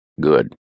Good